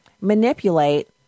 manipulate